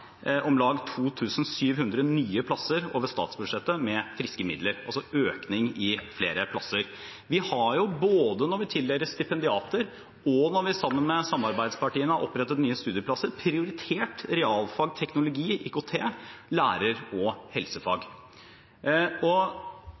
om lag 2 700 nye plasser over statsbudsjettet med friske midler, altså en økning med flere plasser. Både når vi har tildelt stipendiater, og når vi sammen med samarbeidspartiene har opprettet nye studieplasser, har vi prioritert realfag, teknologi, IKT og lærer- og helsefag.